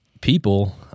people